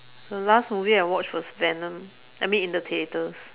the last movie I watched was venom I mean in the theatres